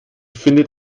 findet